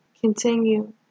continue